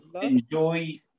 enjoy